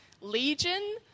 legion